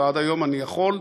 ועד היום אני יכול,